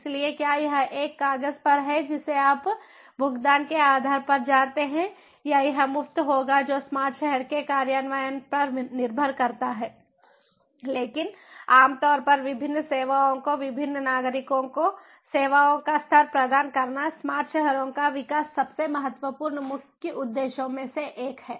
इसलिए क्या यह एक कागज पर है जिसे आप भुगतान के आधार पर जानते हैं या यह मुफ़्त होगा जो स्मार्ट शहर में कार्यान्वयन पर निर्भर करता है लेकिन आम तौर पर विभिन्न सेवाओं को विभिन्न नागरिकों को सेवाओं का स्तर प्रदान करना स्मार्ट शहरों का विकास सबसे महत्वपूर्ण मुख्य उद्देश्यों में से एक है